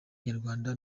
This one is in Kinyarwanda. nyarwanda